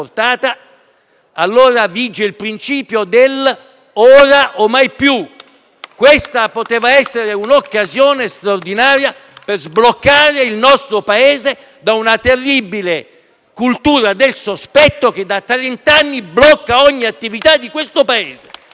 portata, vige il principio dell'ora o mai più. Questa poteva essere un'occasione straordinaria per sbloccare il nostro Paese da una terribile cultura del sospetto che da trent'anni blocca ogni attività di questo Paese.